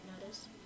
notice